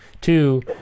two